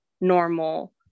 normal